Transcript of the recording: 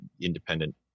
independent